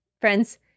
friends